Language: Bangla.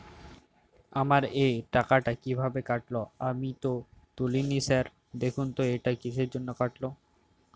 আমার এই টাকাটা কীভাবে কাটল আমি তো তুলিনি স্যার দেখুন তো এটা কিসের জন্য কাটল?